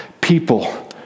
people